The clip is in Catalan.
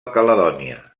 caledònia